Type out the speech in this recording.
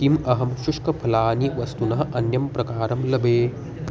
किम् अहं शुष्कफलानि वस्तुनः अन्यं प्रकारं लभे